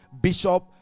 Bishop